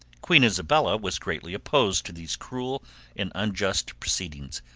queen isabella was greatly opposed to these cruel and unjust proceedings.